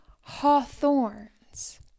hawthorns